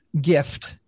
gift